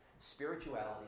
spirituality